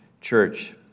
church